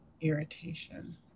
irritation